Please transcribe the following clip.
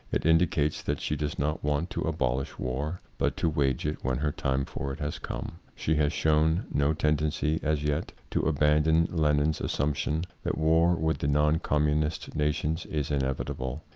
it indicates that she does not want to abolish war, but to wage it when her time for it has come. she has shown no ten dency, as yet, to abandon lenin's as sumption that war with the non communist nations is inevitable.